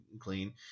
clean